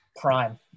Prime